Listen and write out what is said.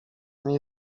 niej